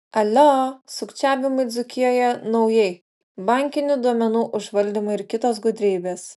alio sukčiavimai dzūkijoje naujai bankinių duomenų užvaldymai ir kitos gudrybės